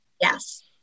Yes